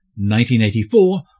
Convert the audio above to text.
1984